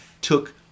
took